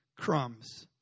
crumbs